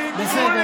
בסדר.